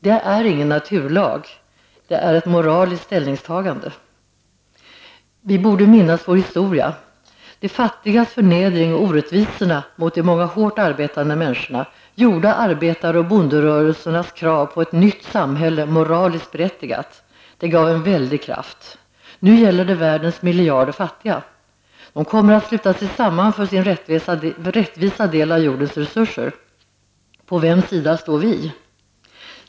Det är ingen naturlag. Det är ett moraliskt ställningstagande. Vi borde minnas vår historia. De fattigas förnedring och orättvisorna mot de många hårt arbetande människorna gjorde arbetar och bonderörelsernas krav på ett nytt samhälle moraliskt berättigat. Det gav en väldig kraft. Nu gäller det världens miljarder fattiga. De kommer att sluta sig samman för sin rättvisa del av jordens resurser. På vems sida står vi?